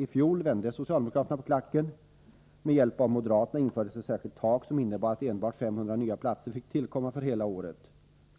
I fjol vände socialdemokraterna på klacken. Med hjälp av moderaterna infördes ett särskilt tak som innebar att enbart 500 nya platser fick tillkomma för hela året.